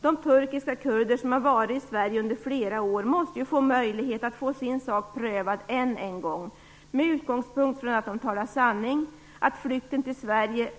De turkiska kurder som varit i Sverige under flera år måste ju ges möjlighet att få sin sak prövad än en gång, med utgångspunkt från att de talar sanning, att flykten till Sverige